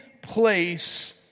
place